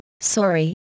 Sorry